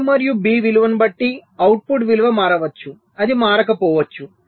A మరియు B విలువను బట్టి అవుట్పుట్ విలువ మారవచ్చు అది మారకపోవచ్చు